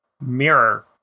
mirror